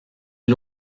est